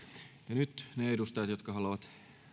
nyt ne edustajat jotka haluavat